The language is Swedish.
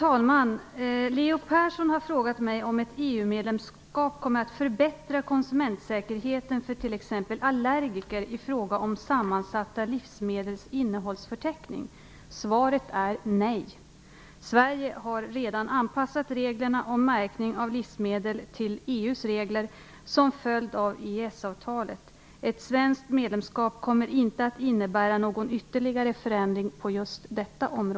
I en informationsskrift, med titeln "Inför folkomröstningen den 13 november 94" som enligt uppgift skall sändas ut till svenska folket, utarbetad av Utrikesdepartementet finns ett avsnitt som berör livsmedelskontroll m.m. Kommer ett EU-medlemskap att förbättra konsumentsäkerheten för t.ex. allergiker vad avser sammansatta livsmedels innehållsförteckning?